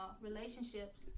relationships